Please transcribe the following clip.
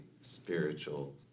spiritual